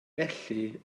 felly